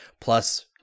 plus